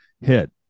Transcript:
hit